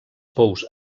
pous